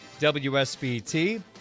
WSBT